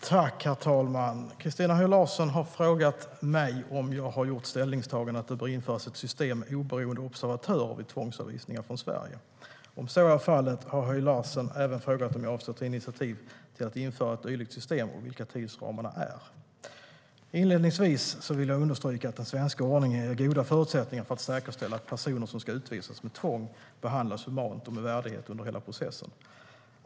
Herr talman! Christina Höj Larsen har frågat mig om jag har gjort ställningstagandet att det bör införas ett system med oberoende observatörer vid tvångsavvisningar från Sverige. Höj Larsen har även frågat ifall jag, om så är fallet, avser att ta initiativ till att införa ett dylikt system och vilka tidsramarna är. Inledningsvis vill jag understryka att den svenska ordningen ger goda förutsättningar för att säkerställa att personer som ska utvisas med tvång behandlas humant och med värdighet under hela processen.